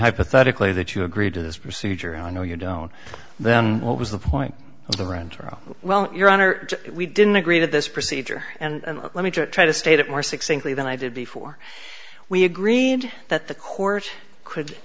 hypothetically that you agreed to this procedure i know you don't then what was the point of the renter oh well your honor we didn't agree to this procedure and let me try to state it more succinctly than i did before we agreed that the court could